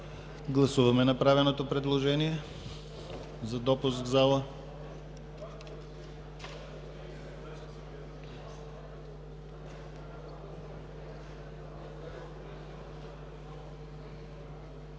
Гласуваме направеното предложение за допуск в залата.